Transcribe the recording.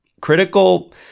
critical